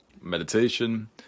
Meditation